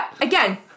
again